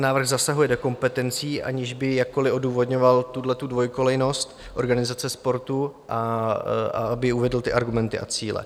Návrh zasahuje do kompetencí, aniž by jakkoli odůvodňoval tuhletu dvojkolejnost organizace sportu a aby uvedl ty argumenty a cíle.